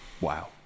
Wow